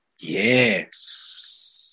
Yes